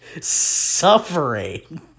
suffering